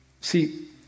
See